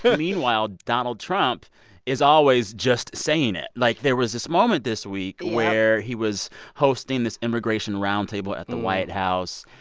meanwhile, donald trump is always just saying it. like there was this moment this week. yup. where he was hosting this immigration roundtable at the white house.